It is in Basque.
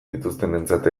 dituztenentzat